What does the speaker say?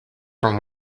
from